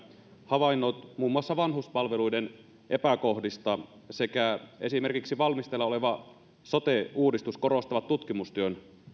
havainnot muun muassa vanhuspalveluiden epäkohdista sekä esimerkiksi valmisteilla oleva sote uudistus korostavat tutkimustyön